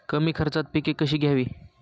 कमी खर्चात पिके कशी घ्यावी?